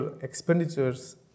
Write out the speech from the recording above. expenditures